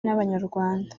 n’abanyarwanda